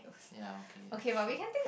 ya okay that's true